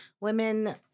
women